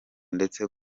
ndetse